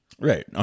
Right